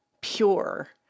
pure